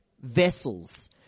vessels